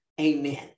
Amen